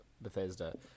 bethesda